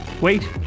Wait